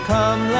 Come